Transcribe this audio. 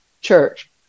church